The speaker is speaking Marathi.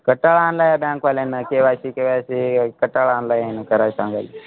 कंटाळा आणला आहे या बँकवाल्यानं K Y C K Y C कंटाळा आणलाय यानं कराय सांगाय